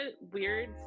weird